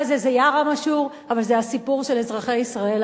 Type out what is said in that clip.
זה בלי דו-שיח.